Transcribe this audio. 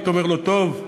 היית אומר לו: טוב,